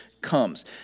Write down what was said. comes